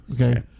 okay